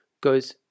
goes